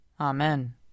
Amen